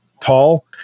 tall